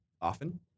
often